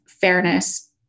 fairness